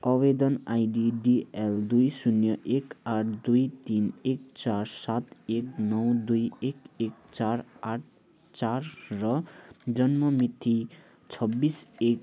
आवेदन ID DL दुई शून्य एक आठ दुई तिन एक चार सात एक नौ दुई एक एक चार आठ चार र जन्म मिति छब्बिस एक